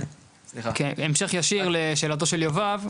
המשך ישיר לשאלתו של יובב.